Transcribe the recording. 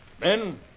Men